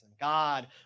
God